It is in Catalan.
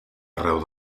arreu